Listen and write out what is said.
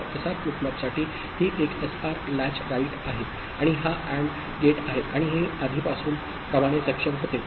तर SR flip फ्लॉपसाठी ही एक एसआर लॅच राइट आहे आणि हा अँड गेट आहे आणि हे आधीप्रमाणे सक्षम होते